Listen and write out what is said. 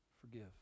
forgive